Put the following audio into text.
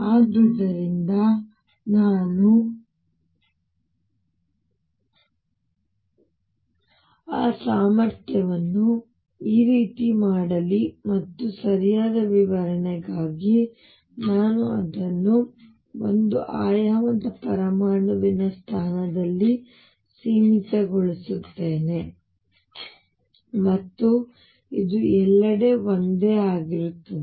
ಆದುದರಿಂದ ನಾನು ಆ ಸಾಮರ್ಥ್ಯವನ್ನು ಈ ರೀತಿ ಮಾಡಲಿ ಮತ್ತು ಸರಿಯಾದ ವಿವರಣೆಗಾಗಿ ನಾನು ಅದನ್ನು ಒಂದು ಆಯಾಮದ ಪರಮಾಣುವಿನ ಸ್ಥಾನದಲ್ಲಿ ಸೀಮಿತಗೊಳಿಸುತ್ತೇನೆ ಮತ್ತು ಇದು ಎಲ್ಲೆಡೆ ಒಂದೇ ಆಗಿರುತ್ತದೆ